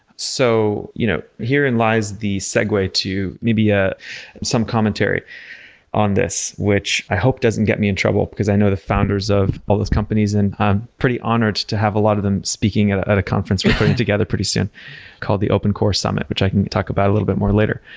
so, you know here in lies the segue to maybe ah some commentary on this, which i hope doesn't get me in trouble, because i know the founders of all those companies, and i'm pretty honored to have a lot of them speaking at a at a conference we're putting together pretty soon called the open core summit, which i can talk about a little bit more later.